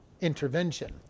intervention